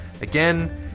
again